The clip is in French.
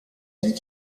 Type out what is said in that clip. vie